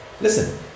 Listen